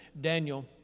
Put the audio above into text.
Daniel